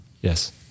yes